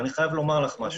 אני מוכרח לומר לך משהו,